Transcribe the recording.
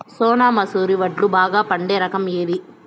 సోనా మసూర వడ్లు బాగా పండే రకం ఏది